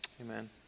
Amen